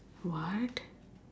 what